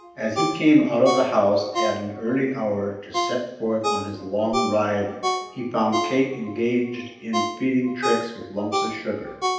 as he came out of the house at an early hour to set forth on his long ride he found kate engaged in feeding trix with lumps of sugar.